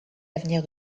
avenir